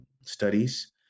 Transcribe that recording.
studies